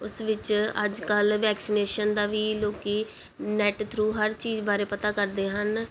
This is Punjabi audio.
ਉਸ ਵਿੱਚ ਅੱਜ ਕੱਲ੍ਹ ਵੈਕਸੀਨੇਸ਼ਨ ਦਾ ਵੀ ਲੋਕ ਨੈੱਟ ਥਰੂ ਹਰ ਚੀਜ਼ ਬਾਰੇ ਪਤਾ ਕਰਦੇ ਹਨ